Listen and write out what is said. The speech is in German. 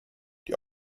die